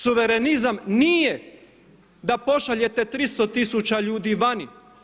Suvremenizam nije da pošaljete 300 tisuća ljudi vani.